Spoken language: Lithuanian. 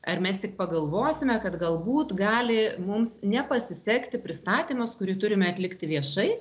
ar mes tik pagalvosime kad galbūt gali mums nepasisekti pristatymas kurį turime atlikti viešai